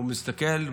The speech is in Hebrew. הוא מסתכל,